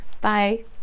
bye